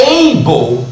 able